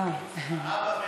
האבא מנחם.